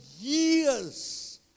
years